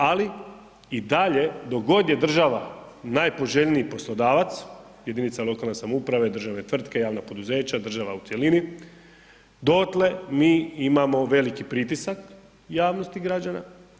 Ali i dalje dok god je država najpoželjniji poslodavac jedinice lokalne samouprave, državne tvrtke, javna poduzeća, država u cjelini dotle mi imamo veliki pritisak javnosti građana.